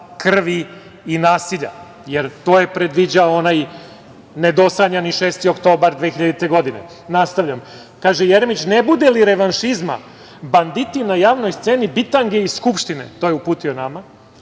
krvi i nasilja, jer to je predviđao onaj nedosanjani 6. oktobar 2000. godine. Nastavljam, kaže Jeremić – ne bude li revanšizma, banditi na javnoj sceni, bitange iz Skupštine, to je uputio nama,